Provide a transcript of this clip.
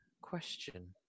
question